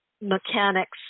mechanics